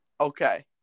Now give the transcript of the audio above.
Okay